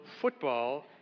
football